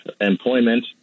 employment